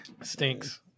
stinks